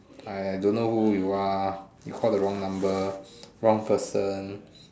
I don't know who you are you called the wrong number wrong person